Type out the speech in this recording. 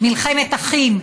מלחמת אחים.